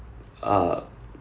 err